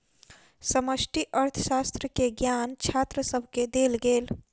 समष्टि अर्थशास्त्र के ज्ञान छात्र सभके देल गेल